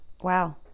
Wow